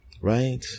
right